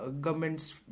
government's